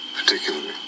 particularly